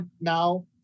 now